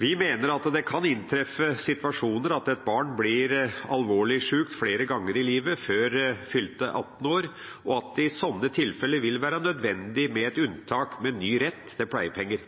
Vi mener at det kan inntreffe situasjoner der et barn blir alvorlig sjukt flere ganger i livet før fylte 18 år, og at det i slike tilfeller vil være nødvendig med et unntak med ny rett til pleiepenger.